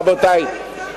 רבותי,